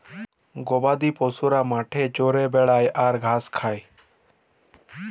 গবাদি পশুরা মাঠে চরে বেড়ায় আর ঘাঁস খায়